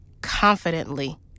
confidently